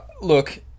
Look